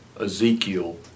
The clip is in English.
Ezekiel